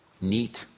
neat